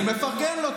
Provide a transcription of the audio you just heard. אני מפרגן לו.